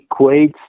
equates